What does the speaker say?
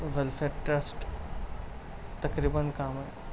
welfare trust تقریباً کام ہیں